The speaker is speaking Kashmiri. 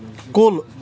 کُل